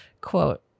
quote